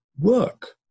work